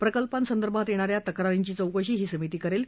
प्रक्लपांसंदर्भात येणाऱ्या तक्रारींची चौकशी ही समिती करेल